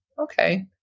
Okay